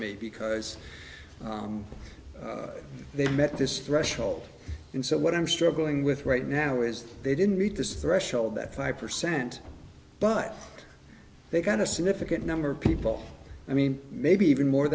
me because they met this threshold and so what i'm struggling with right now is they didn't read this threshold that five percent but they got a significant number of people i mean maybe even more